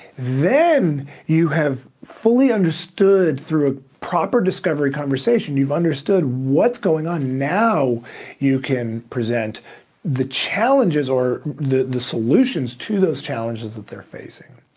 then you have fully understood through a proper discovery conversation, you've understood what's going on. now you can present the challenges or the the solutions to those challenges that they're facing.